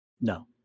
no